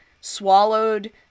swallowed